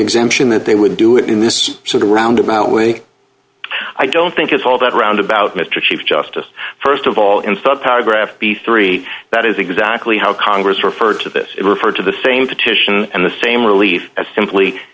exemption that they would do it in this sort of roundabout way i don't think it's all that round about mr chief justice st of all instead paragraph b three that is exactly how congress referred to this referred to the same petition and the same relief as simply